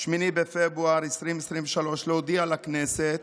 8 בפברואר 2023, להודיע לכנסת